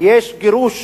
יש גירוש,